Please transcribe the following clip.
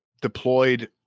deployed